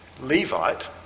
Levite